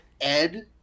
Ed